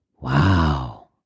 wow